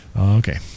Okay